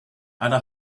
other